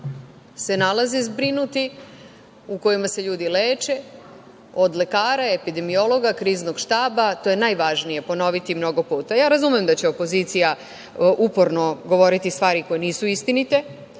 se nalaze zbrinuti, u kojima se ljudi leče, od lekara, epidemiologa, Kriznog štaba. To je najvažnije, ponoviti mnogo puta. Razumem da će opozicija uporno govoriti stvari koje nisu istinite.